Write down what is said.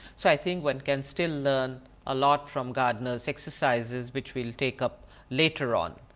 so i think one can still learn a lot from gardner's exercises, which we'll take up later on